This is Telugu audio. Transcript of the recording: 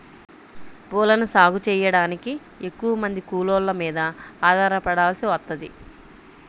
పూలను సాగు చెయ్యడానికి ఎక్కువమంది కూలోళ్ళ మీద ఆధారపడాల్సి వత్తది